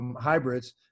hybrids